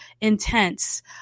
intense